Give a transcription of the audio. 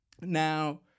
Now